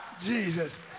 Jesus